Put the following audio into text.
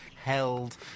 held